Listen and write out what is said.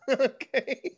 Okay